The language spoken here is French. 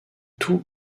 tout